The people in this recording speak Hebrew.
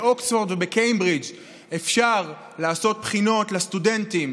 באוקספורד ובקיימברידג' אפשר לעשות בחינות לסטודנטים